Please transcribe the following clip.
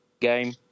game